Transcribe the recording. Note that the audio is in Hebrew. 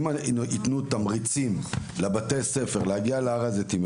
אם יתנו תמריצים לבתי הספר כדי לעודד הגעה להר הזיתים,